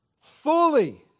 fully